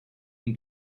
him